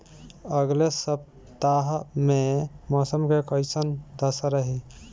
अलगे सपतआह में मौसम के कइसन दशा रही?